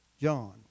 John